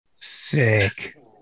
sick